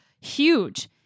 huge